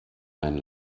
mein